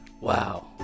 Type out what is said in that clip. wow